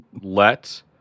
let